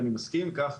אני מסכים עם כך.